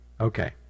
okay